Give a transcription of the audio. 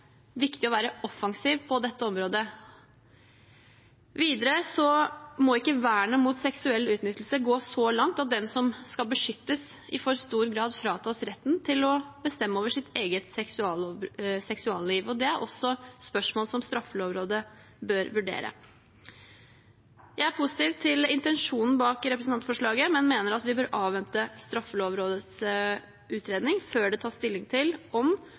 viktig å være offensiv på dette området. Videre må ikke vernet mot seksuell utnyttelse gå så langt at den som skal beskyttes, i for stor grad fratas retten til å bestemme over sitt eget seksualliv. Det er også spørsmål som straffelovrådet bør vurdere. Jeg er positiv til intensjonen bak representantforslaget, men mener at vi bør avvente straffelovrådets utredning før det tas stilling til om,